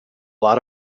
lot